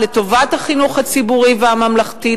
לטובת החינוך הציבורי והממלכתי,